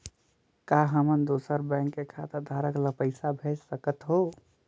का हमन दूसर बैंक के खाताधरक ल पइसा भेज सकथ हों?